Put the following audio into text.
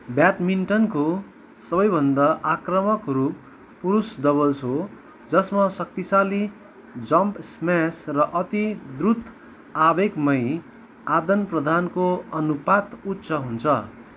ब्याडमिन्टनको सबैभन्दा आक्रामक रूप पुरुष डबल्स हो जसमा शक्तिशाली जम्प स्म्यास र अति द्रुत आवेगमय आदानप्रदानको अनुपात उच्च हुन्छ